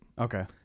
Okay